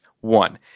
One